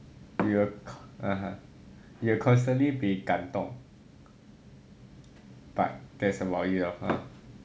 you will con~ (uh huh) you will constantly be 感动 but that's about it lor